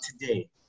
today